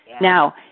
Now